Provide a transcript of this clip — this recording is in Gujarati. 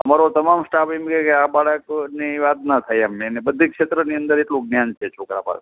અમારો તમામ સ્ટાફ એમ કહે કે આ બાળકની વાત ના થાય એમ એને બધી ક્ષેત્રની અંદર એટલું જ્ઞાન છે છોકરા પાસે